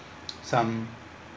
some